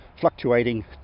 fluctuating